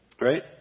right